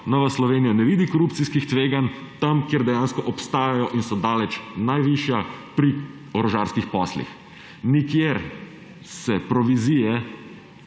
Nova Slovenija ne vidi korupcijskih tveganj? Tam, kjer dejansko obstajajo in so daleč najvišja – pri orožarskih poslih. Nikjer se provizije